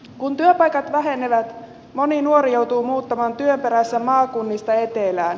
kun työpaikat vähenevät moni nuori joutuu muuttamaan työn perässä maakunnista etelään